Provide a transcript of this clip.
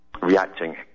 reacting